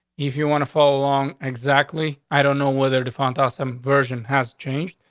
if you want to fall along exactly. i don't know whether defined awesome version has changed,